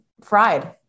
fried